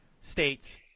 states